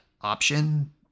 option